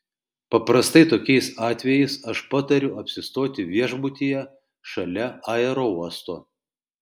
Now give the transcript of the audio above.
paprastai tokiais atvejais aš patariu apsistoti viešbutyje šalia aerouosto